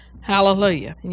Hallelujah